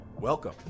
welcome